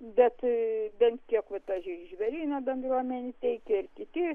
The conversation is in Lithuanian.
bet bent kiek ta žvėryno bendruomenė teikė ir kiti